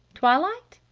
twilight?